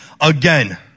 again